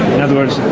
in other words,